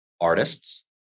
artists